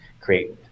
create